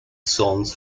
songs